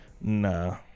nah